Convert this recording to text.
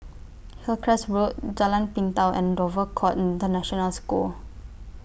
Hillcrest Road Jalan Pintau and Dover Court International School